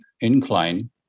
incline